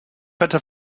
wetter